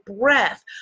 breath